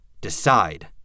Decide